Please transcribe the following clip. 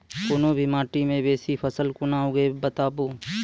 कूनू भी माटि मे बेसी फसल कूना उगैबै, बताबू?